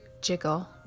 jiggle